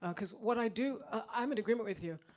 ah cause what i do, i'm in agreement with you.